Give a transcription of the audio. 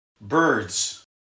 birds